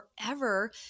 forever